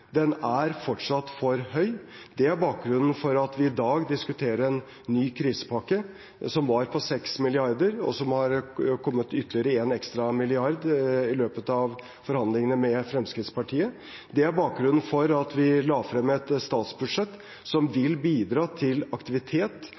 Den er fortsatt for høy. Det er bakgrunnen for at vi i dag diskuterer en ny krisepakke, som var på 6 mrd. kr, og hvor det er kommet til en ekstra milliard i løpet av forhandlingene med Fremskrittspartiet. Det er bakgrunnen for at vi la frem et statsbudsjett som